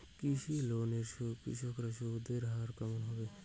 কৃষি লোন এ কৃষকদের সুদের হার কেমন হবে?